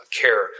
care